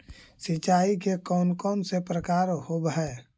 सिंचाई के कौन कौन से प्रकार होब्है?